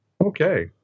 Okay